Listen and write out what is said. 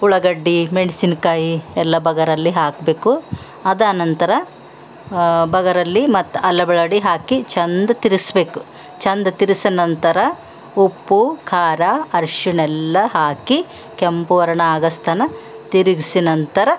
ಉಳ್ಳಾಗಡ್ಡಿ ಮೆಣಸಿನ್ಕಾಯಿ ಎಲ್ಲ ಬಗರಲ್ಲಿ ಹಾಕಬೇಕು ಅದಾದ್ ನಂತರ ಬಗರಲ್ಲಿ ಮತ್ತು ಹಾಕಿ ಚೆಂದ ತಿರುಗ್ಸ್ಬೇಕು ಚೆಂದ ತಿರ್ಗ್ಸಿ ನಂತರ ಉಪ್ಪು ಖಾರ ಅರ್ಶಿಣಯೆಲ್ಲ ಹಾಕಿ ಕೆಂಪು ವರ್ಣ ಆಗೋತನ ತಿರುಗ್ಸಿ ನಂತರ